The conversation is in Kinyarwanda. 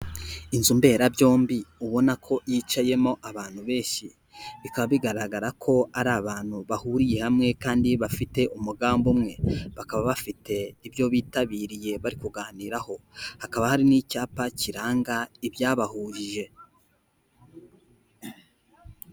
Inzu mberabyombi ubona ko yicayemo abantu benshi, bikaba bigaragara ko ari abantu bahuriye hamwe kandi bafite umugambi umwe, bakaba bafite ibyo bitabiriye bari kuganiraho hakaba hari n'icyapa kiranga ibyabahuje.